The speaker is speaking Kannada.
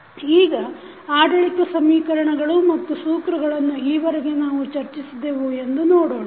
ಈಗ ಆಡಳಿತ ಸಮೀಕರಣಗಳು ಮತ್ತು ಸೂತ್ರಗಳನ್ನು ಈವರೆಗೆ ನಾವು ಚರ್ಚಿಸಿದೆವು ಎಂದು ನೋಡೋಣ